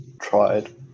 tried